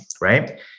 right